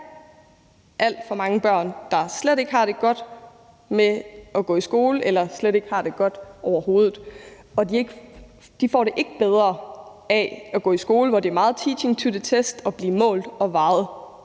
alt for mange børn, der slet ikke har det godt med at gå i skole eller slet ikke har det godt overhovedet. De får det ikke bedre af at gå i skole, hvor det er meget teaching to the test og at blive målt og vejet